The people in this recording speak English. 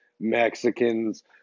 Mexicans